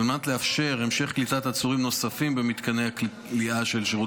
ועל מנת לאפשר המשך קליטת עצורים נוספים במתקני הכליאה של שירות